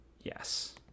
Yes